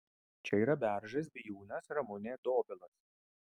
čia yra beržas bijūnas ramunė dobilas